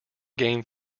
game